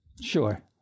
Sure